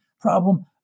problem